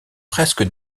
presque